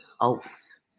Oaks